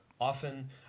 often